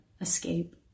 escape